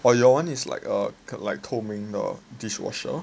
oh your one is like a like combing the dishwasher